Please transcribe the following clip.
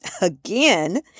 Again